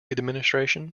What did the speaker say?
administration